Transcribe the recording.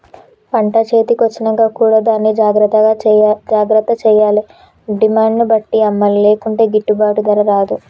పంట చేతి కొచ్చినంక కూడా దాన్ని జాగ్రత్త చేయాలే డిమాండ్ ను బట్టి అమ్మలే లేకుంటే గిట్టుబాటు ధర రాదు